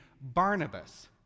Barnabas